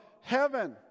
heaven